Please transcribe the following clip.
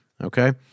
Okay